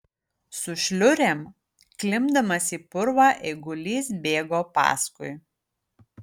su šliurėm klimpdamas į purvą eigulys bėgo paskui